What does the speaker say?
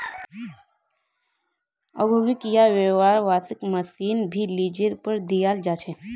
औद्योगिक या व्यावसायिक मशीन भी लीजेर पर दियाल जा छे